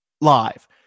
live